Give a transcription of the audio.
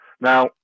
now